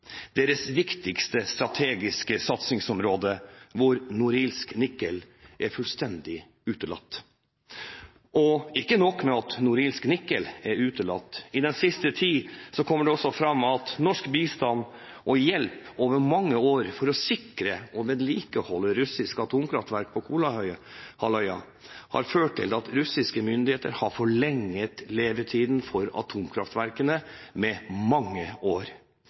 deres viktigste strategiske satsingsområde, hvor Norilsk Nickel er fullstendig utelatt. Og ikke nok med at Norilsk Nickel er utelatt: I den siste tiden kommer det også fram at norsk bistand og hjelp over mange år for å sikre og vedlikeholde russiske atomkraftverk på Kolahalvøya har ført til at russiske myndigheter har forlenget levetiden for atomkraftverkene med mange år